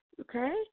okay